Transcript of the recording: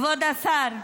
כבוד השר,